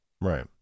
right